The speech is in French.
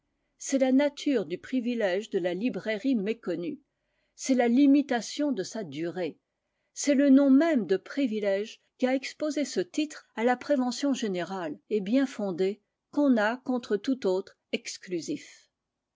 c'est la nature du privilège de la librairie méconnue c'est la limitation de sa durée c'est le nom même de privilège qui a exposé ce titre à la prévention générale et bien fondée qu'on a contre tout autre exclusif